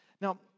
Now